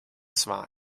zwar